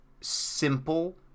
Simple